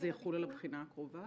זה יחול על הבחינה הקרובה?